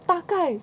大概